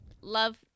love